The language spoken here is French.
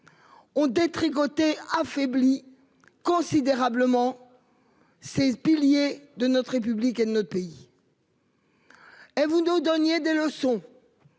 ont détricoté et affaibli considérablement ces piliers de notre République et de notre pays. Et vous nous donniez des leçons :